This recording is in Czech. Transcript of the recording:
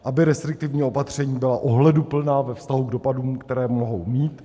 Aby restriktivní opatření byla ohleduplná ve vztahu k dopadům, které mohou mít.